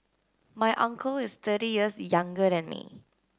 my uncle is thirty years younger than me